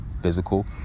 physical